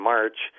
March